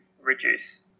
reduce